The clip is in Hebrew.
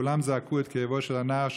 כולם זעקו את כאבו של הנער,